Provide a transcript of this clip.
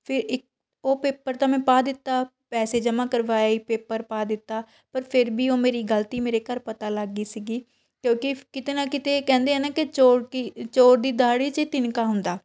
ਫਿਰ ਇ ਉਹ ਪੇਪਰ ਤਾਂ ਮੈਂ ਪਾ ਦਿੱਤਾ ਪੈਸੇ ਜਮ੍ਹਾ ਕਰਵਾ ਆਈ ਪੇਪਰ ਪਾ ਦਿੱਤਾ ਪਰ ਫਿਰ ਵੀ ਉਹ ਮੇਰੀ ਗ਼ਲਤੀ ਮੇਰੇ ਘਰ ਪਤਾ ਲੱਗ ਗਈ ਸੀਗੀ ਕਿਉਂਕਿ ਕਿਤੇ ਨਾ ਕਿਤੇ ਕਹਿੰਦੇ ਆ ਨਾ ਕਿ ਚੋਰ ਕੀ ਚੋਰ ਦੀ ਦਾੜ੍ਹੀ 'ਚ ਤਿਨਕਾ ਹੁੰਦਾ